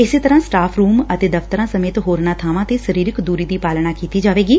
ਇਸੇ ਤਰਾਂ staff room ਅਤੇ ਦਫ਼ਤਰਾਂ ਸਮੇਤ ਹੋਰਨਾਂ ਬਾਵਾਂ ਤੇ ਸਰੀਰਕ ਦੁਰੀ ਦੀ ਪਾਲਣਾ ਕੀਤੀ ਜਾਵੇਗੀ